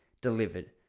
delivered